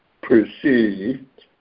perceived